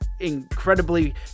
incredibly